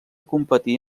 competir